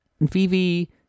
Vivi